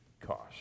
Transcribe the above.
cost